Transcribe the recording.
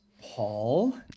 Paul